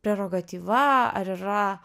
prerogatyva ar yra